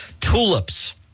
tulips